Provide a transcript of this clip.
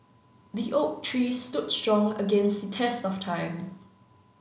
the oak tree stood strong against the test of time